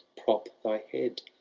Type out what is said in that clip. prop thy head.